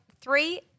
Three